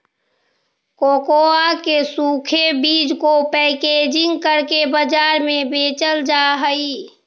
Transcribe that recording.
cocoa के सूखे बीज को पैकेजिंग करके बाजार में बेचल जा हई